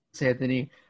Anthony